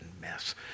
mess